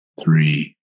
three